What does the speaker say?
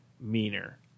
meaner